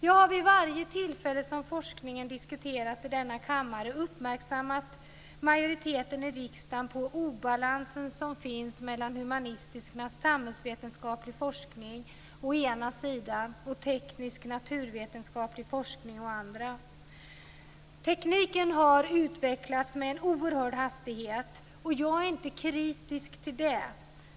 Jag har vid varje tillfälle som forskningen diskuterats i denna kammare uppmärksammat majoriteten i riksdagen på den obalans som finns mellan humanistisk och samhällsvetenskaplig forskning å ena sidan och teknisk och naturvetenskaplig forskning å den andra. Tekniken har utvecklats med en oerhörd hastighet, och jag är inte kritisk till det.